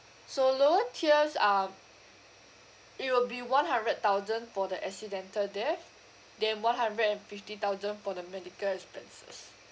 so lower tiers um it will be one hundred thousand for the accidental death then one hundred and fifty thousand for the medical expenses